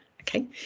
okay